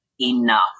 enough